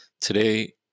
today